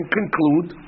conclude